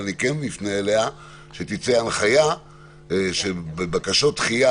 אבל נפנה אליה שתצא הנחיה שבקשות דחייה